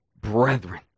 brethren